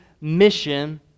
mission